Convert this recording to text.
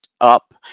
up